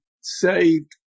saved